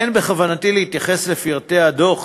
אין בכוונתי להתייחס לפרטי הדוח